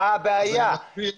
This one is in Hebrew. מה הבעיה?